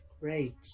Great